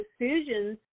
decisions